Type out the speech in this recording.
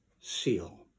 seal